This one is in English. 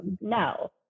No